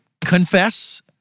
confess